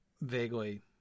vaguely